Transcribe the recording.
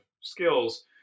skills